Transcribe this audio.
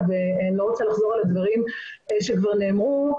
ואני לא רוצה לחזור על הדברים שכבר נאמרו.